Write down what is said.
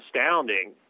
astounding